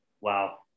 Wow